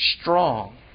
strong